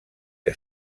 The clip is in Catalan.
que